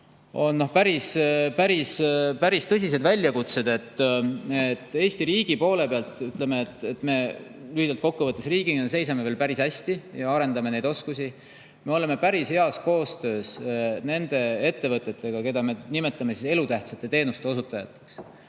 on päris tõsised väljakutsed. Eesti riigi poole pealt võib öelda lühidalt kokku võttes, et seisame veel päris hästi ja arendame neid oskusi. Me oleme päris heas koostöös nende ettevõtetega, keda me nimetame elutähtsate teenuste osutajateks.